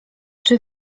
czy